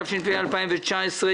התש"ף-2019,